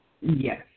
Yes